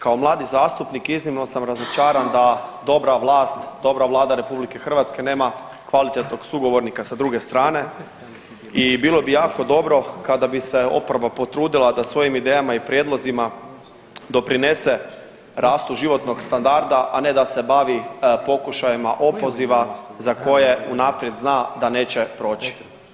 Kao mladi zastupnik iznimno sam razočaran da dobra vlast, dobra Vlada RH nema kvalitetnog sugovornika sa druge strane i bilo bi jako dobro kada bi se oporba potrudila da svojim idejama i prijedlozima doprinese rastu životnog standarda, a ne da se bavi pokušajima opoziva za koje unaprijed zna da neće proći.